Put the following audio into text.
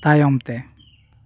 ᱛᱟᱭᱚᱢ ᱛᱮ